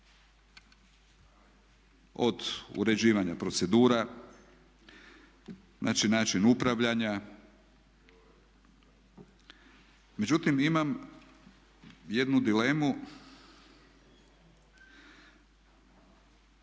od uređivanja procedura, znači način upravljanja. Međutim, imam jednu dilemu